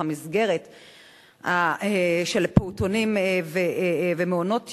למסגרת של הפעוטונים ומעונות היום,